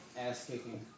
ass-kicking